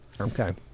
Okay